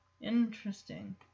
Interesting